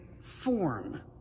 form